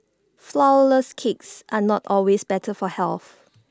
Flourless Cakes are not always better for health